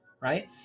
right